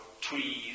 trees